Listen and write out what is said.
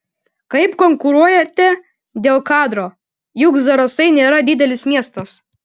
kaip konkuruojate dėl kadro juk zarasai nėra didelis miestas